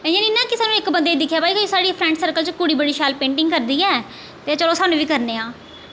इ'यां नेईं ना सानूं इक बंदे गी दिक्खियै भई साढ़े फ्रैंड सर्कल च कुड़ी बड़ी शैल पेंटिंग करदी ऐ ते चलो सानूं बी करने आं